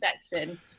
section